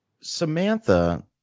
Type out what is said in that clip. Samantha